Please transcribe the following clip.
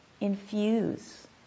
infuse